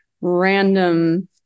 random